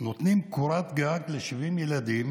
נותן קורת גג ל-70 ילדים,